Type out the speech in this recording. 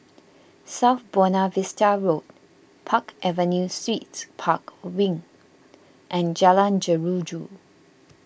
South Buona Vista Road Park Avenue Suites Park Wing and Jalan Jeruju